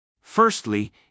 Firstly